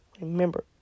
remember